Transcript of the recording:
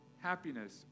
happiness